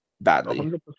badly